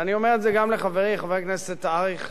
ואני אומר את זה גם לחברי חבר הכנסת אייכלר: